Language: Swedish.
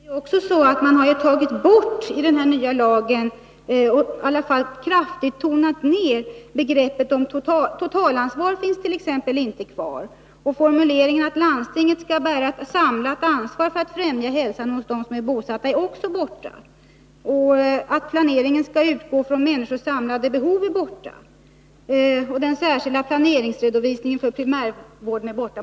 Herr talman! I det nya lagförslaget har man ju tagit bort eller i varje fall kraftigt tonat ner begreppet totalansvar. Formuleringen om att landstingen skall bära ett samlat ansvar för att främja hälsan hos dem som är bosatta i området är borta ur lagtexten. Passusen om att planeringen skall utgå från människors samlade behov är borta. Den särskilda planeringsredovisningen för primärvården är också borta.